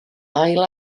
ail